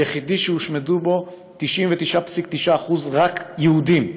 היחידי שהושמדו בו, ב-99.9%, רק יהודים.